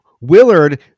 Willard